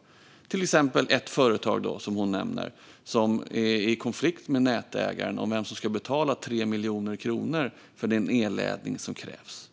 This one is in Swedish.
Det gäller till exempel ett företag, som hon också nämner, som är i konflikt med nätägaren om vem som ska betala 3 miljoner kronor för den elledning som krävs.